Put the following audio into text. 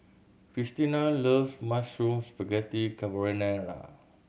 Cristina loves Mushroom Spaghetti Carbonara